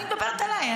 אני מדברת עליי.